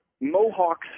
Mohawks